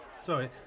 Sorry